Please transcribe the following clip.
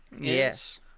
Yes